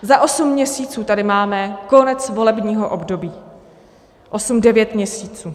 Za osm měsíců tady máme konec volebního období, osm, devět, měsíců.